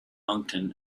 moncton